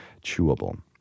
chewable